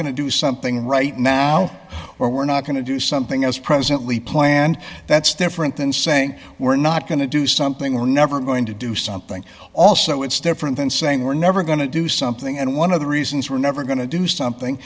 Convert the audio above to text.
going to do something right now or we're not going to do something as presently planned that's different than saying we're not going to do something we're never going to do something also it's different than saying we're never going to do something and one of the reasons we're never going to do something